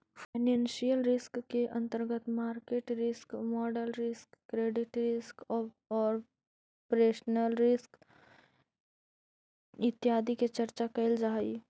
financial risk के अंतर्गत market risk, model risk, credit risk, operational risk इत्यादि के चर्चा कैल जा हई